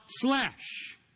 flesh